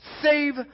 save